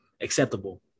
acceptable